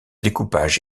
découpage